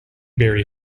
barry